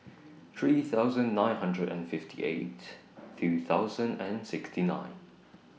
three thousand nine hundred and fifty eight two thousand and sixty nine